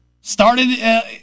started